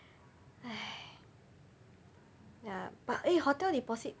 ya but eh hotel deposit